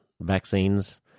vaccines